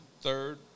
third